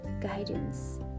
guidance